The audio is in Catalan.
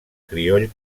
crioll